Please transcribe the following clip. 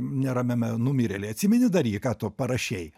neramiame numirėlyje atsimeni dar jį ką tu parašei